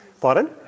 Pardon